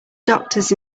doctors